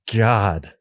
god